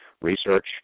Research